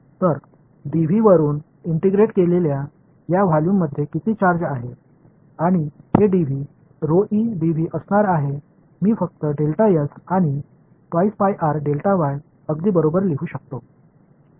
तर डीव्ही वरुन इंटिग्रेट केलेल्या या व्हॉल्यूममध्ये किती चार्ज आहे आणि हे डीव्ही असणार आहे मी फक्त आणि अगदी बरोबर लिहू शकतो